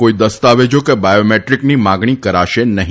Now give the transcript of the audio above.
કોઇ દસ્તાવેજો કે બાયોમેટ્રીકની માંગણી કરાશે નહી